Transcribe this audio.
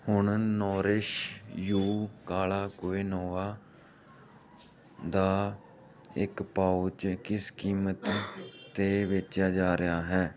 ਹੁਣ Nourish You ਕਾਲਾ quinoa ਦਾ ਇਕ ਪਾਉਚ ਇਹ ਕਿਸ ਕੀਮਤ 'ਤੇ ਵੇਚਿਆ ਜਾ ਰਿਹਾ ਹੈ